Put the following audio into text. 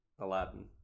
Aladdin